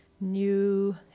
new